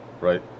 right